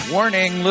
Warning